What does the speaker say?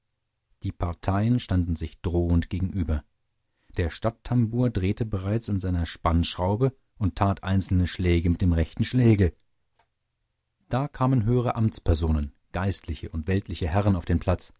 die parteien standen sich drohend gegenüber der stadttambour drehte bereits an seiner spannschraube und tat einzelne schläge mit dem rechten schlegel da kamen höhere amtspersonen geistliche und weltliche herren auf den platz